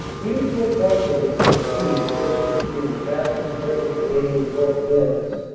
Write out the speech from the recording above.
mutual confidence and esteem existed between the past and present canadian corps colnmanders.